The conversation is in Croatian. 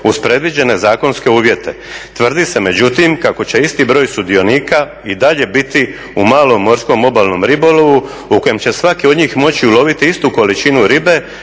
uz predviđene zakonske uvjete. Tvrdi se međutim kako će isti broj sudionika i dalje biti u malom morskom obalnom ribolovu u kojem će svaki od njih moći uloviti istu količinu ribe